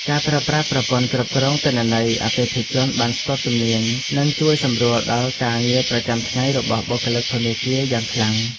ការប្រើប្រាស់ប្រព័ន្ធគ្រប់គ្រងទិន្នន័យអតិថិជនបានស្ទាត់ជំនាញនឹងជួយសម្រួលដល់ការងារប្រចាំថ្ងៃរបស់បុគ្គលិកធនាគារយ៉ាងខ្លាំង។